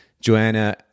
Joanna